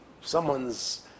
someone's